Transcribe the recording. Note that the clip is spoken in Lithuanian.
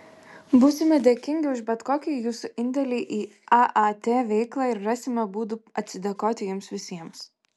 būsime dėkingi už bet kokį jūsų indėlį į aat veiklą ir rasime būdų atsidėkoti jums visiems